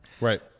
Right